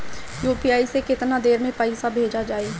UPI से केतना देर मे पईसा भेजा जाई?